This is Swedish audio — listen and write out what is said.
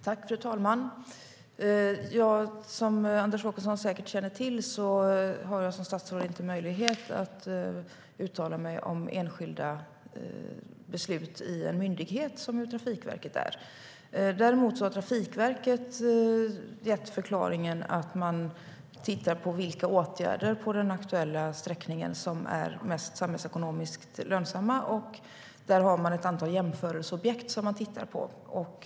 Fru talman! Som Anders Åkesson säkert känner till har jag som statsråd inte möjlighet att uttala mig om enskilda beslut i en myndighet, som ju Trafikverket är. Dock har Trafikverket gett förklaringen att man tittar på vilka åtgärder på den aktuella sträckan som är mest samhällsekonomiskt lönsamma, och man har ett antal jämförelseobjekt som man tittar på.